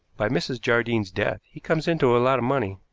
by mrs. jardine's death he comes into a lot of money.